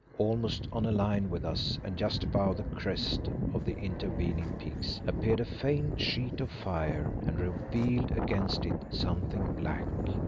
almost on a line with us and just above the crests of the intervening peaks, appeared a faint sheet of fire and revealed against it, something black.